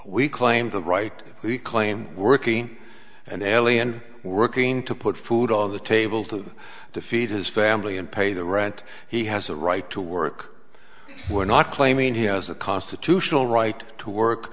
we claim the right he claimed working and early and working to put food on the table to feed his family and pay the rent he has a right to work we're not claiming he has a constitutional right to work